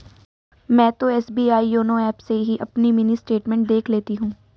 मैं तो SBI YONO app से ही अपनी मिनी स्टेटमेंट देख लेती हूँ